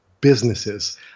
businesses